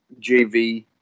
JV